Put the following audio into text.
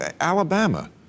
Alabama